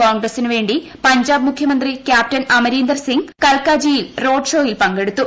കോൺഗ്രസിനു വേണ്ടി പഞ്ചാബ് മുഖ്യമന്ത്രി ക്യാപ്റ്റൻ അമീരന്തർ സിംഗ് കൽക്കാജിയിൽ റോഡ്ഷോയിൽ പങ്കെടുത്തു